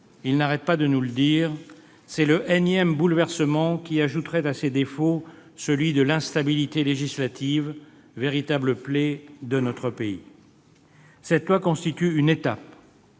ne cessent de nous le dire -, c'est un énième bouleversement qui ajouterait à ces défauts celui de l'instabilité législative, véritable plaie de notre pays. Ce projet de loi constitue une étape.